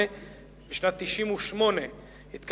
חברי חברי הכנסת,